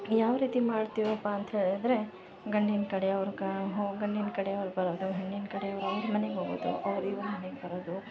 ಯಾವ ರೀತಿ ಮಾಡ್ತೀವಪ್ಪ ಅಂತ ಹೇಳಿದ್ರೆ ಗಂಡಿನ ಕಡೆಯವರು ಕಾ ಹ್ಞೂಂ ಗಂಡಿನ ಕಡೆಯವರು ಬರೋದು ಹೆಣ್ಣಿನ ಕಡೆಯವರು ಅವ್ರ ಮನೆಗೆ ಹೋಗೋದು ಅವ್ರು ಇವರ ಮನೆಗೆ ಬರೋದು